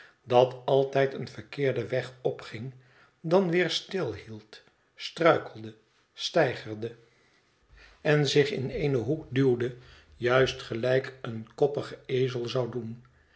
dat altijd een verkeerden weg opging dan weer stilhield struikelde steigerde en zich in een hoek duwde juist gelijk een koppige ezel zou doen